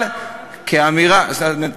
אבל כאמירה, רק אם האוכלוסייה עובדת.